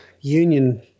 union